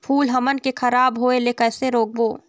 फूल हमन के खराब होए ले कैसे रोकबो?